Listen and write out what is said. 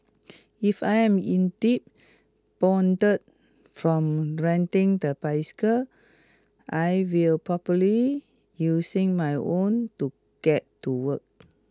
if I am indeed bonded from renting the bicycle I will properly using my own to get to work